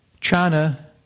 China